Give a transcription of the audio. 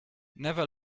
never